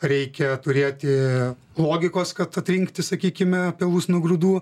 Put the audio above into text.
reikia turėti logikos kad atrinkti sakykime pelus nuo grūdų